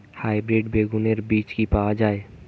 Hybrid বেগুনের বীজ কি পাওয়া য়ায়?